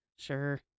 sure